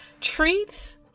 Treats